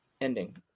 ending